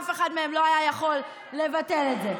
אף אחד מהם לא היה יכול לבטל את זה.